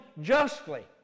justly